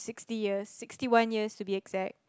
sixty years sixty one years to be exact